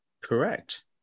Correct